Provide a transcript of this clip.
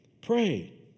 Pray